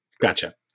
Gotcha